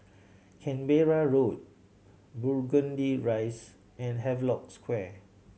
Canberra Road Burgundy Rise and Havelock Square